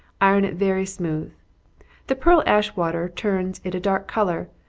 iron it very smooth the pearl-ash water turns it a dark color,